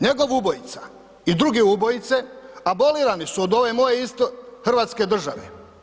Njegov ubojica i druge ubojice, abolirani su od ove moje isto hrvatske države.